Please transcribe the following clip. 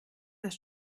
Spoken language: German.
das